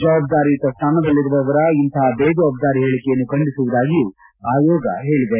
ಜವಾಬ್ಲಾರಿಯುತ ಸ್ಲಾನದಲ್ಲಿರುವವರ ಇಂತಹ ಬೇಜವಾಬ್ಲಾರಿ ಪೇಳಿಕೆಯನ್ನು ಖಂಡಿಸುವುದಾಗಿಯೂ ಆಯೋಗ ಪೇಳಿದೆ